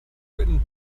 written